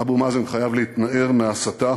אבו מאזן חייב להתנער מההסתה